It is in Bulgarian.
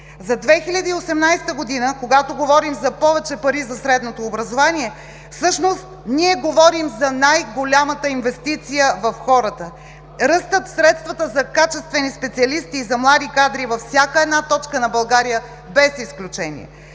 За 2018 г., когато говорим за повече пари за средното образование, всъщност ние говорим за най-голямата инвестиция в хората – ръстът в средствата за качествени специалисти и за млади кадри във всяка една точка на България, без изключение,